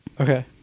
Okay